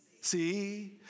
see